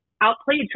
outplayed